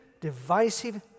divisive